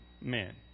men